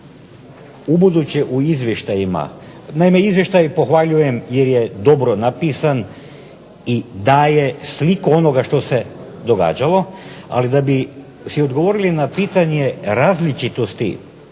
Ubuduće u izvještajima, naime izvještaj pohvaljujem jer je dobro napisan i daje sliku onoga što se događalo, ali da bi si odgovorili na pitanje različitosti